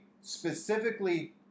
specifically